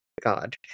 God